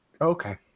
Okay